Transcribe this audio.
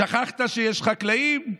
שכחת שיש חקלאים?